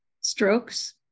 strokes